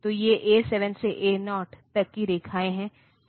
तो ये A7 से A0 तक की रेखाएं हैं